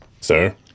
Sir